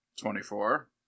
Twenty-four